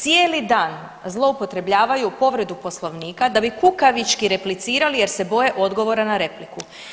Cijeli dan zloupotrebljavaju povredu poslovnika da bi kukavički replicirali jer se boje odgovora na repliku.